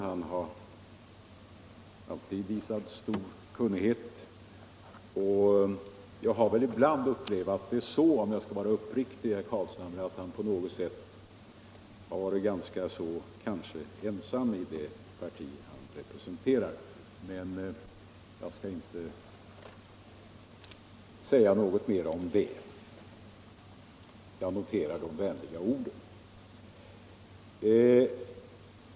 Han har alltid visat stor kunnighet, och jag har väl ibland upplevt det så — om jag skall vara uppriktig, herr Carlshamre — att han på något sätt har varit ganska ensam i det parti han representerar. Men jag skall inte säga något mer om det. Jag noterar de vänliga orden.